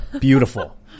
Beautiful